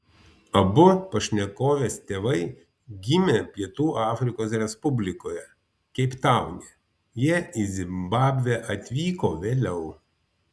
abu pašnekovės tėvai gimė pietų afrikos respublikoje keiptaune jie į zimbabvę atvyko vėliau